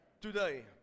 today